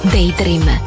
Daydream